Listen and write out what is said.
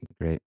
Great